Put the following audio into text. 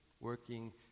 Working